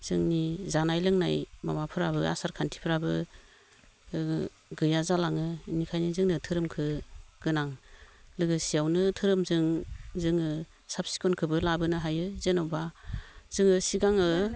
जोंनि जानाय लोंनाय माबाफोराबो आसार खान्थिफोराबो गैया जालाङो बेनिखायनो जोंनो धोरोमखो गोनां लोगोसेयावनो धोरोमजों जोङो साफ सिखोनखौबो लाबोनो हायो जेनेबा जोङो सिगाङो